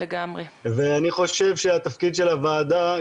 אני חושב שהתפקיד של הוועדה,